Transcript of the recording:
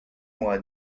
moi